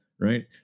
right